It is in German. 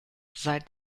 seit